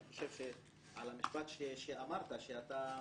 אני חושב על המשפט שאמרת, שאתה